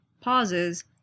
pauses